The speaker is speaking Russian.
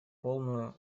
полную